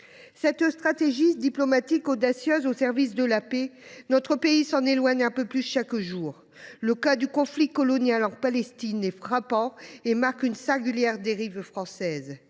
Cette stratégie diplomatique audacieuse, au service de la paix, notre pays s’en éloigne un peu plus chaque jour. Le cas du conflit colonial en Palestine est frappant et marque une singulière dérive française.